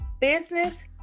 business